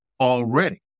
already